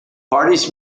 parties